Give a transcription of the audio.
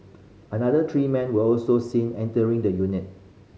another three men were also seen entering the unit